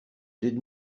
did